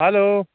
hello